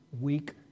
weak